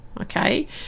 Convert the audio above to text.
okay